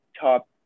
top